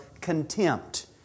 contempt